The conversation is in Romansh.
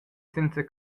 senza